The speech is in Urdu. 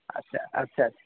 اچھا اچھا اچھا